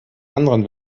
anderen